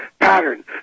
pattern